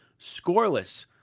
Scoreless